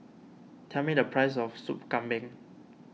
tell me the price of Sup Kambing